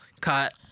Cut